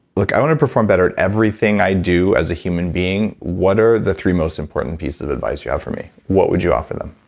look, i want to perform better at everything i do as a human being what are the three most important pieces of advice you have for me? what would you offer them?